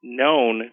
known